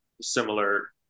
similar